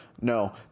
No